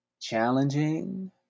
challenging